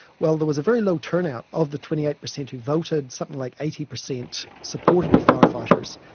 well there was a very low turnout. of the twenty eight percent who voted, something like eighty percent supported the firefighters,